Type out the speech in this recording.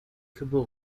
kabul